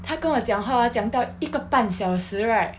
他跟我讲话讲到一个半小时 right